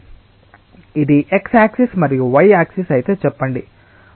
ఇది x axis మరియు y axis అయితే చెప్పండి